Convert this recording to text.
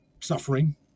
suffering